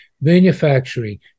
manufacturing